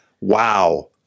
wow